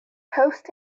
toast